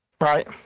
Right